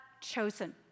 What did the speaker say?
chosen